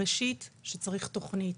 ראשית, צריך תוכנית.